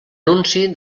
nunci